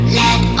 let